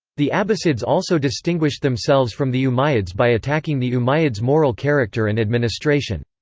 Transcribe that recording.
the abbasids also distinguished themselves from the umayyads by attacking the umayyads' moral character and administration.